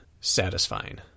satisfying